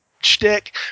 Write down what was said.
shtick